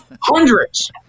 hundreds